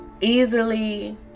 easily